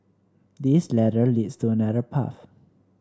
this ladder leads to another path